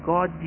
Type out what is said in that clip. God